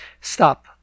stop